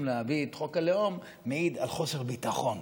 להביא את חוק הלאום מעידה על חוסר ביטחון,